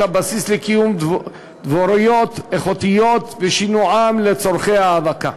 הבסיס לקיום דבוריות איכותיות ושינוען לצורכי האבקה.